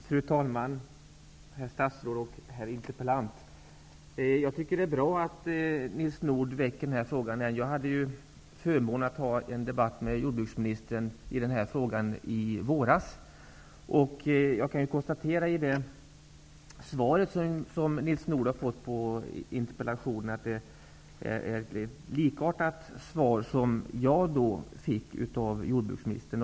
Fru talman! Herr statsråd och herr interpellant! Det är bra att Nils Nordh väcker den här frågan. Jag hade förmånen att i våras debattera frågan med jordbruksministern. Med anledning av det svar som Nils Nordh har fått på sin interpellation konstaterar jag att svaret är i likhet med det svar som jag fick av jordbruksministern.